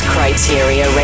Criteria